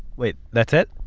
wait, that's it?